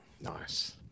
nice